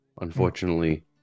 unfortunately